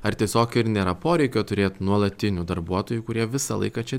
ar tiesiog ir nėra poreikio turėt nuolatinių darbuotojų kurie visą laiką čia